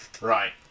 Right